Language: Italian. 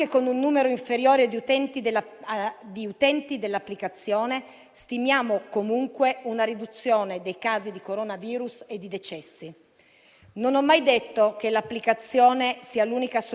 Non ho mai detto che l'applicazione sia l'unica soluzione al contenimento del virus. In Italia l'applicazione rientra in una strategia complessiva che si basa anche su altre misure di contenimento.